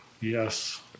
Yes